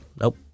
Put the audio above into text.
Nope